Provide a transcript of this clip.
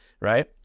right